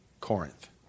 Corinth